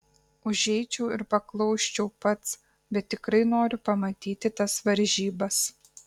užeičiau ir paklausčiau pats bet tikrai noriu pamatyti tas varžybas